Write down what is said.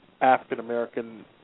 African-American